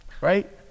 right